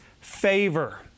favor